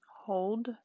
Hold